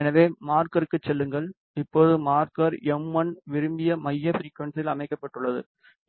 எனவே மார்க்கருக்குச் செல்லுங்கள் இப்போது மார்க்கர் எம்1 விரும்பிய மைய ஃபிரிக்குவன்ஸியில் அமைக்கப்பட்டுள்ளது